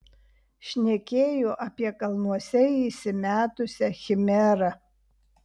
šnekėjo apie kalnuose įsimetusią chimerą